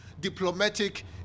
diplomatic